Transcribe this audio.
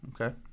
Okay